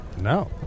No